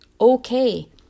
Okay